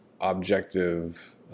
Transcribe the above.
objective